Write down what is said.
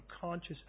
conscious